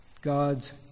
God's